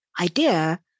idea